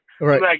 Right